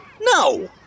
No